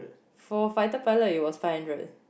for fighter pilot it was five hundred